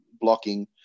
blocking